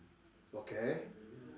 okay